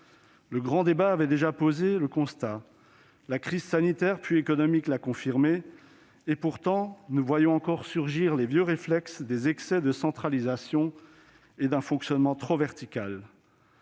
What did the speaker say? Le grand débat national avait déjà posé le constat ; la crise sanitaire, puis économique l'a confirmé. Pourtant, nous voyons encore surgir les vieux réflexes des excès de centralisation et d'un fonctionnement trop vertical.